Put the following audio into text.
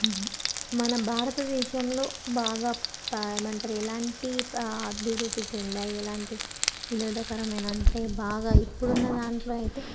మన భారతదేశంలో బాగా ఏమంటారు ఎలాంటి అభివృద్ధి చెందాయి ఎలాంటి వినోదకరమైన అంటే బాగా ఇప్పుడున్న దాంట్లో అయితే